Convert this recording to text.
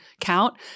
count